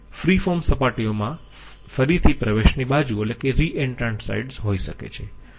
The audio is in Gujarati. ફ્રી ફોર્મ સપાટીઓમાં ફરીથી પ્રવેશની બાજુ હોઈ શકે છે